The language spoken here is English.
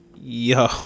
Yo